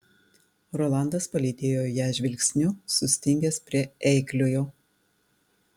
rolandas palydėjo ją žvilgsniu sustingęs prie eikliojo